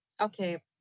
Okay